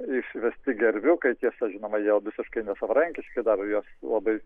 išvesti gerviukai tiesa žinoma jie visiškai nesavarankiški dar juos labai